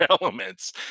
elements